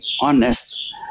honest